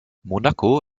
monaco